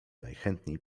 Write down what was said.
najchętniej